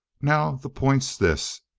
now the point's this.